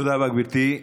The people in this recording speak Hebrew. תודה רבה, גברתי.